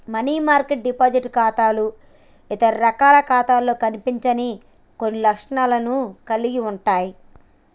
money market deposit ఖాతాలు ఇతర రకాల ఖాతాలలో కనిపించని కొన్ని లక్షణాలను కలిగి ఉంటయ్